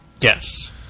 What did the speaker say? Yes